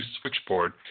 switchboard